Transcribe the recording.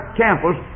campus